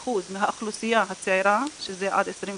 23% מהאוכלוסייה הצעירה, שזה עד 25,